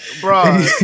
bro